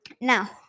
now